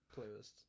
playlist